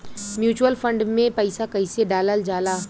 Mutual fund मे पईसा कइसे डालल जाला?